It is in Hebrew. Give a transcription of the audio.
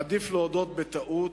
עדיף להודות בטעות,